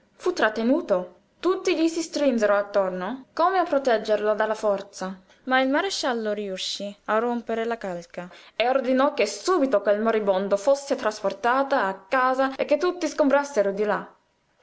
fu trattenuto tutti gli si strinsero attorno come a proteggerlo dalla forza ma il maresciallo riuscí a rompere la calca e ordinò che subito quel moribondo fosse trasportato a casa e che tutti sgombrassero di là